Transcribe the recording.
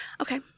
Okay